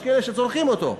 יש כאלה שצורכים אותן.